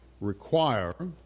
require